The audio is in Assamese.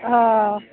অঁ